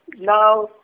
Now